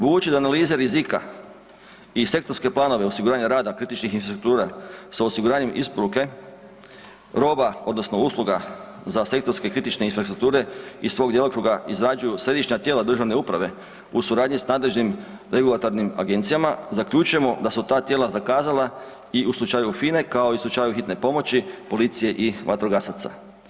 Budući da analize rizika i sektorske planove osiguranja rada kritičnih infrastruktura sa osiguranjem isporuke roba odnosno usluga za sektorski kritične infrastrukture iz svog djelokruga izrađuju središnja tijela državne uprave u suradnji s nadležnim regulatornim agencijama zaključujemo da su ta tijela zakazala i u slučaju HINE kao i u slučaju Hitne pomoći, policije i vatrogasaca.